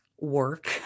work